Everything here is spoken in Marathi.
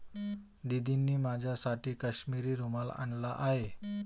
दीदींनी माझ्यासाठी काश्मिरी रुमाल आणला आहे